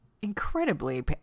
incredibly